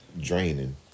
draining